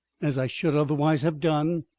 as i should otherwise have done,